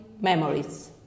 memories